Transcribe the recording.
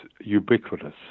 ubiquitous